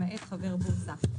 למעט חבר בורסה,